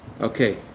Okay